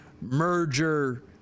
merger